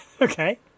Okay